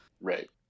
Right